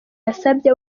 yasabye